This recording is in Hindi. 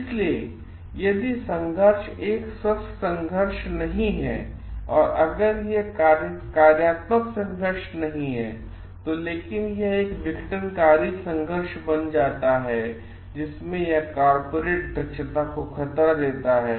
इसलिए यदि संघर्ष एक स्वस्थ संघर्ष नहीं है अगर यह एक कार्यात्मक संघर्ष नहीं है लेकिन यह एक विघटनकारी संघर्ष बन जाता है जिसमें यह कॉर्पोरेट दक्षता को खतरा देता है